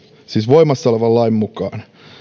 siis voimassaolevan lain mukaan